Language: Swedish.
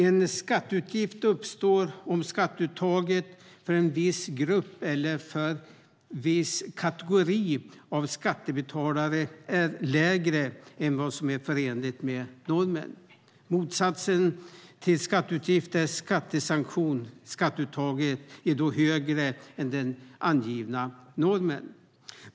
En skatteutgift uppstår om skatteuttaget för en viss grupp eller en viss kategori av skattebetalare är lägre än vad som är förenligt med normen. Motsatsen till skatteutgift är skattesanktion. Skatteuttaget är då högre än den angivna normen.